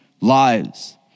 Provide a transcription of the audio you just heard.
lives